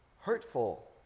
hurtful